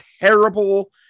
terrible